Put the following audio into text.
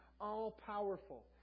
all-powerful